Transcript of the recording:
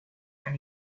and